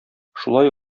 шулай